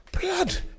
blood